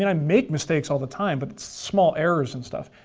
and i make mistakes all the time, but small errors and stuff.